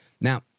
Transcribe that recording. Now